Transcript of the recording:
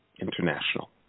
International